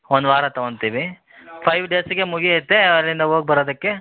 ಒಂದು ವಾರ ತಗೊಳ್ತೀವಿ ಫೈವ್ ಡೇಸಿಗೆ ಮುಗಿಯುತ್ತೆ ಅಲ್ಲಿಂದ ಹೋಗಿ ಬರೋದಕ್ಕೆ